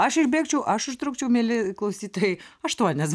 aš išbėgčiau aš užtrukčiau mieli klausytojai aštuonias